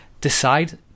decide